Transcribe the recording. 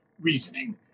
reasoning